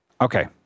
Okay